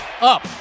up